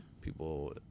people